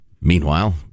Meanwhile